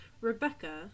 Rebecca